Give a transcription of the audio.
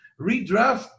redraft